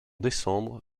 décembre